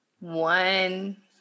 one